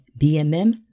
BMM